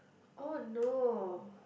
oh no